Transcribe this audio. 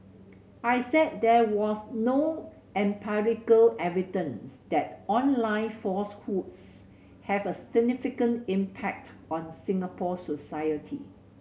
I said there was no empirical evidence that online falsehoods have a significant impact on Singapore society